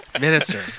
Minister